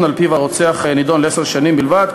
שעל-פיו הרוצח נידון לעשר שנים בלבד,